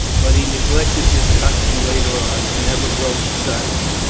but he neglected this custom later on, and never broke the silence,